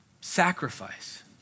sacrifice